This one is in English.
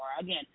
Again